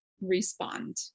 respond